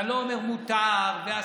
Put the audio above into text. ואני לא אומר מותר ואסור,